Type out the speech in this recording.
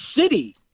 city